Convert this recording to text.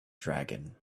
dragon